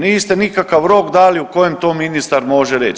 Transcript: Niste nikakav rok dali u kojem to ministar može reći.